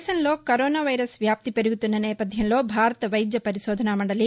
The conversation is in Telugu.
దేశంలో కరోనా వ్యాప్తి పెరుగుతున్న నేపథ్యంలో భారత వైద్య పరిశోధన మండలి